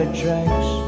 tracks